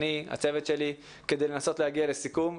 הצוות שלי ואני כדי לנסות להגיע לסיכום.